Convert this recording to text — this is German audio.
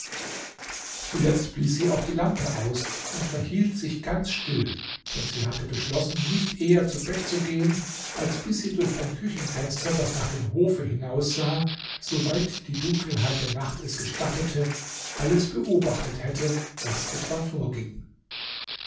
zuletzt blies sie auch die lampe aus und verhielt sich ganz still denn sie hatte beschlossen nicht eher zu bett zu gehen als bis sie durch ein küchenfenster das nach dem hofe hinaus sah soweit die dunkelheit der nacht es gestattete alles beobachtet hätte was etwa vorging